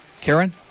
Karen